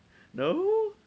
no